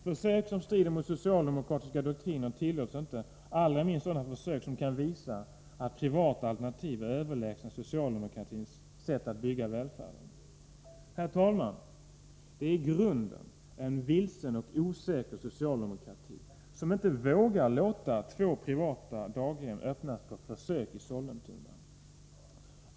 Försök som strider mot socialdemokratiska doktriner tillåts inte, allra minst sådana försök som kan visa att privata alternativ är överlägsna socialdemokratins sätt att bygga upp välfärden. Herr talman! Det är i grunden en vilsen och osäker socialdemokrati som inte vågar låta två privata daghem öppnas på försök i Sollentuna.